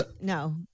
No